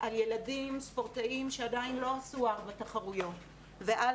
על ילדים ספורטאים שעדיין לא עשו ארבע תחרויות ועל